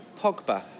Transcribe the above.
Pogba